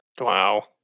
Wow